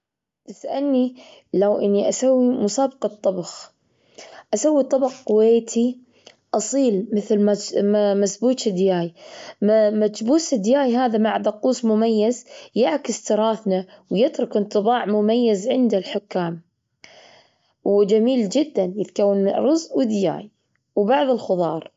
تسألني لو إني أسوي مسابقة طبخ، أسوي طبق كويتي أصيل مثل مس- م- مسبوج الدياي. مسبوج الدياي هذا مع دقوس مميز يعكس تراثنا، ويترك انطباع مميز عنده الحكام. وجميل جدًا يتكون من الأرز ودياي وبعض الخضار.